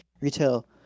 retail